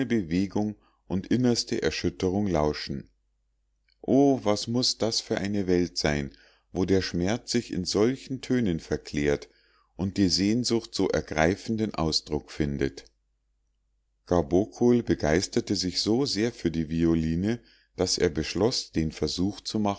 bewegung und innerste erschütterung lauschen o was muß das für eine welt sein wo der schmerz sich in solchen tönen verklärt und die sehnsucht so ergreifenden ausdruck findet gabokol begeisterte sich so sehr für die violine daß er beschloß den versuch